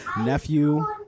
nephew